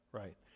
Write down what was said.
right